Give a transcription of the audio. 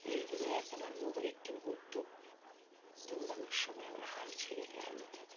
এই হলো এক আমার মুহু একটি মুহুর্ত দৌড়ানোর সময় আমার হাল ছেড়ে দেওয়ার মতো